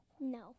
No